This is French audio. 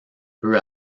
peu